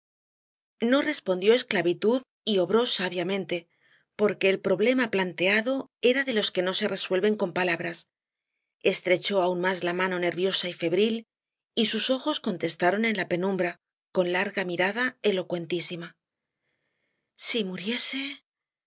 no respondió esclavitud y obró sabiamente porque el problema planteado era de los que no se resuelven con palabras estrechó aún más la mano nerviosa y febril y sus ojos contestaron en la penumbra con larga mirada elocuentísima si muriese prosiguió